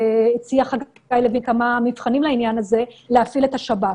הציע פרופ' חגי לוין כמה מבחנים לעניין הזה להפעיל את השב"כ.